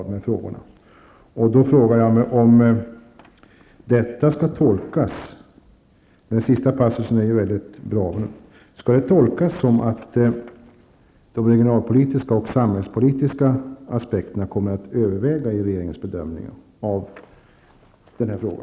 Då frågar jag om detta skall tolkas -- den sista passusen i svaret är väldigt bra -- som att de regionalpolitiska och samhällspolitiska aspekterna kommer att övervägas vid regeringens bedömning av denna fråga?